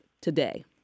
today